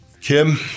Kim